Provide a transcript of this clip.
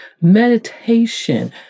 Meditation